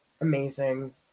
amazing